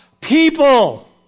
people